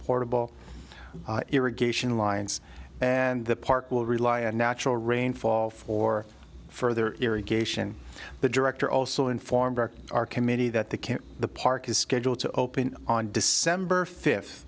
portable irrigation lines and the park will rely on natural rainfall for further irrigation the director also informed our committee that the camp the park is scheduled to open on december fifth